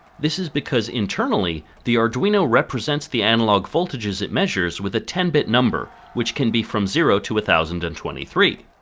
this is because internally, the arduino represents the analog voltages it measures with a ten bit number which can be from zero to one thousand and twenty three.